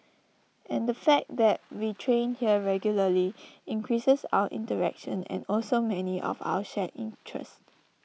and the fact that we train here regularly increases our interaction and also many of our shared interests